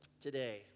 today